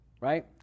Right